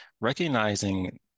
recognizing